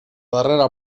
darrera